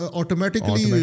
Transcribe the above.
automatically